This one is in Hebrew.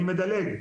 אני מדלג.